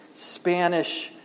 Spanish